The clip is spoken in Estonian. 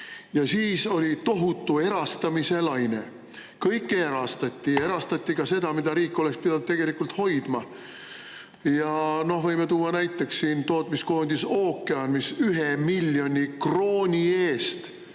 Siis oli tohutu erastamislaine. Kõike erastati, erastati ka seda, mida riik oleks pidanud tegelikult hoidma. Võime tuua näiteks tootmiskoondise Ookean: 1 miljoni krooni eest